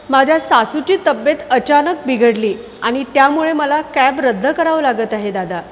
माझ्या सासूची तब्बेत अचानक बिघडली आणि त्यामुळे मला कॅब रद्द करावं लागत आहे दादा